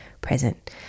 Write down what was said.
present